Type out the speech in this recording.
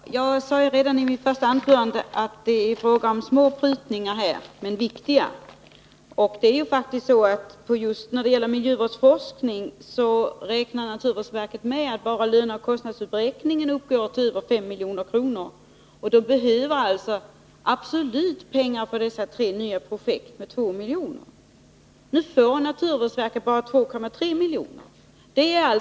Herr talman! Jag sade redan i mitt första anförande att det här är fråga om små prutningar, men viktiga. Just när det gäller miljövårdsforskning räknar naturvårdsverket faktiskt med att bara löneoch kostnadsuppräkningen uppgår till över 5 milj.kr. Verket behöver alltså därutöver pengar för tre nya projekt, nämligen 2 milj.kr. Nu får naturvårdsverket bara 2,3 miljoner totalt på denna punkt.